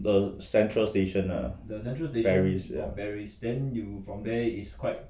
the central station ah paris ya